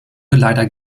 leider